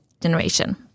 generation